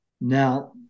Now